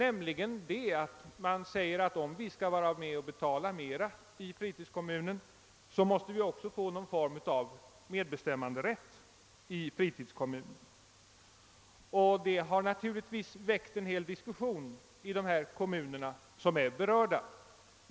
På det hållet säger man att för att vara med om att betala mera i fritidskommunen måste man också få någon form av medbestämmanderätt i denna. Detta har naturligtvis väckt en hel del diskussion i berörda kommuner.